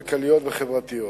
כלכליות וחברתיות.